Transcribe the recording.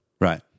right